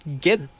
get